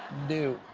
do.